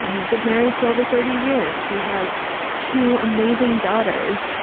he's been married for over thirty years. he has two amazing daughters.